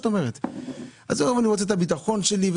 אני רוצה את הביטחון שלי.